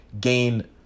gain